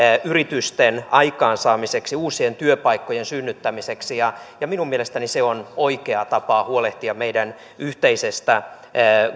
yritysten aikaan saamiseksi uusien työpaikkojen synnyttämiseksi ja ja minun mielestäni se on oikea tapa huolehtia meidän yhteisestä